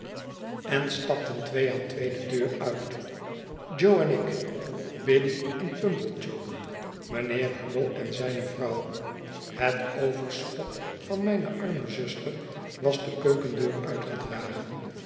en stapten twee aan twee de deur uit jo en ik biddy en pumblechook mijnheer hubble en zijne vrouw het overschot van mijne arme zuster was de keukenfleur